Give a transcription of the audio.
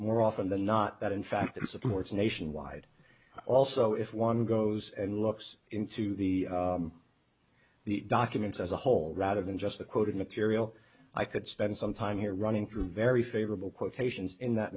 more often than not that in fact supports nationwide also if one goes and looks into the documents as a whole rather than just the quoted material i could spend some time here running through very favorable quotations in that